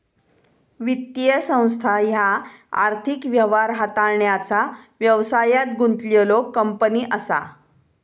वित्तीय संस्था ह्या आर्थिक व्यवहार हाताळण्याचा व्यवसायात गुंतलेल्यो कंपनी असा